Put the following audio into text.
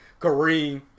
Kareem